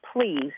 please